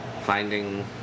finding